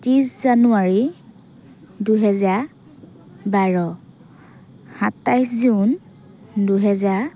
ত্ৰিছ জানুৱাৰী দুহেজাৰ বাৰ সাতাইছ জুন দুহেজাৰ